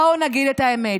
בואו נגיד את האמת.